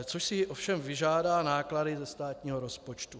Což si ovšem vyžádá náklady ze státního rozpočtu.